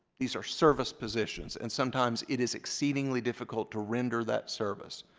these are service positions, and sometimes it is exceedingly difficult to render that service.